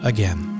Again